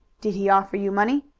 did he offer you money?